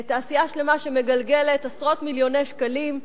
תעשייה שלמה שמגלגלת עשרות מיליוני שקלים,